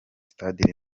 stade